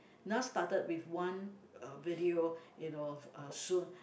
Nas started with one uh video you know soon